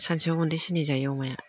सानसेआव गुन्दै सेरनै जायो अमाया